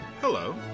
hello